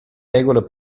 regola